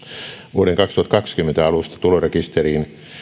vuoden kaksituhattakaksikymmentä alusta tulorekisteriin